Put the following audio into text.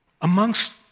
amongst